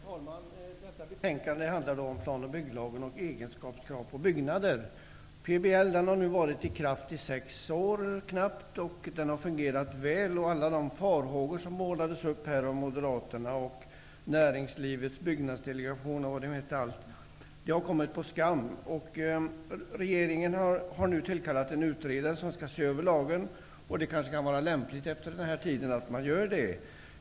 Herr talman! Detta betänkande handlar om planoch bygglagen, PBL, och egenskapskrav på byggnader. PBL har nu varit i kraft i knappt sex år och har fungerat väl. Alla farhågor som målats upp av Moderaterna, av Näringslivets byggnadsdelegation och allt vad det nu är har kommit på skam. Regeringen har nu tillkallat en utredare som skall se över lagen. Det kan vara lämpligt att göra det.